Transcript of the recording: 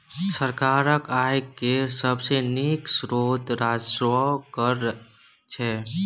सरकारक आय केर सबसे नीक स्रोत राजस्व कर छै